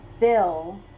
bill